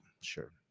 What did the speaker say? Sure